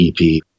EP